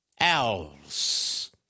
owls